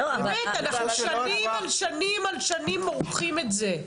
אנחנו שנים על שנים על שנים מורחים את זה,